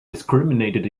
discriminated